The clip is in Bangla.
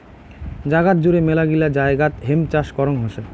জাগাত জুড়ে মেলাগিলা জায়গাত হেম্প চাষ করং হসে